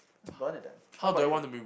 just burn it then what about you